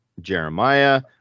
Jeremiah